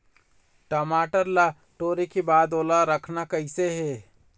टमाटर ला टोरे के बाद ओला रखना कइसे हे?